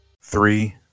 Three